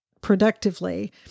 productively